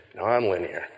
Nonlinear